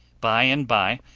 bye-and-bye,